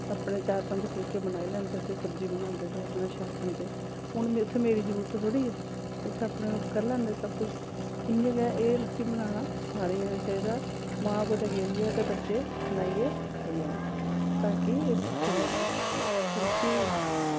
अपने चार पंज फुलके बनाई लैंदे ते सब्जी बनांदे ते अपनै शैल खंदे हून मे उत्थै मेरी जरूरत थोह्ड़ी ऐ उत्थै अपने करी लैंदे सब कुछ इ'यां गै एह् रुट्टी बनाना सारें गी औना चाहिदा मां कुतै गेदी होए ते बच्चे बनाइयै खाई लैन ताकि एह् भुक्खे निं रौह्न रुट्टी